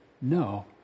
no